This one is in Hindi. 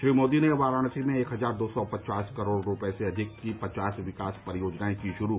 श्री मोदी ने वाराणसी में एक हजार दो सौ पचास करोड़ रुपये से अधिक की पचास विकास परियोजनाए की श्रू